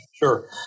Sure